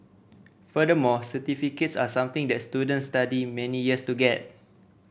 furthermore certificates are something that students study many years to get